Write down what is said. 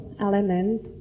element